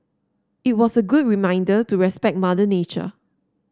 it was a good reminder to respect Mother Nature